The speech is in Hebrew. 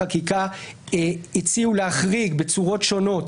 החקיקה הציעו להחריג בצורות שונות.